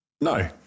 No